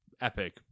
Epic –